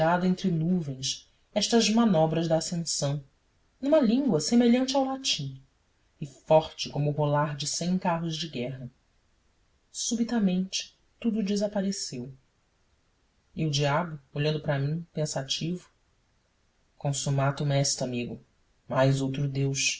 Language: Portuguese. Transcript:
entre nuvens estas manobras da ascensão numa língua semelhante ao latim e forte como o rolar de cem carros de guerra subitamente tudo desapareceu e o diabo olhando para mim pensativo gonsummatum est amigo mais outro deus